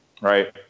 right